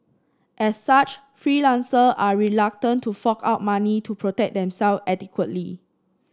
as such freelancers are reluctant to fork out money to protect themselves adequately